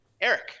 Eric